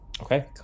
Okay